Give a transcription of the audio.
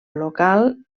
local